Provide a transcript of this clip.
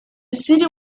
city